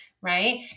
right